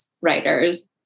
Writers